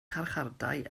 carchardai